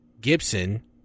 Gibson